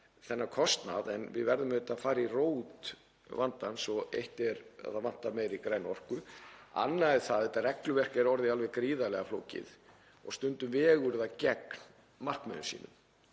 þennan kostnað en við verðum auðvitað að fara í rót vandans. Eitt er að það vantar meiri græna orku. Annað er það að þetta regluverk er orðið alveg gríðarlega flókið og stundum vegur það gegn markmiðum sínum.